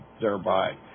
thereby